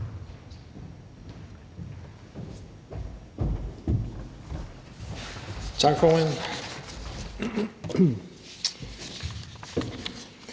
glad for at høre.